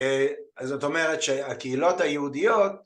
אז זאת אומרת שהקהילות היהודיות